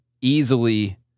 easily